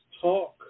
Talk